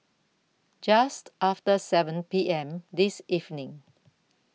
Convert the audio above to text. Just after seven P M This evening